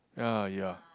ya ya